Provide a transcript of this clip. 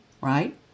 right